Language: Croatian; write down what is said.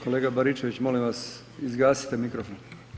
Kolega Baričević, molim vas, izgazite mikrofon.